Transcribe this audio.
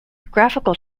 graphical